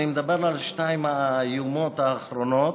אני מדבר על השתיים האיומות, האחרונות.